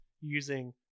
using